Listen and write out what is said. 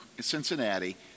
Cincinnati